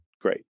great